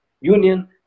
Union